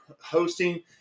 hosting